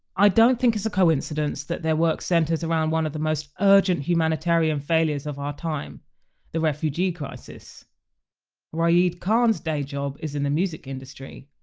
i don't think it's a coincidence that their work centres around one of the most urgent humanitarian failures of our time the refugee crisis ra'ed khan's day job is in the music industry.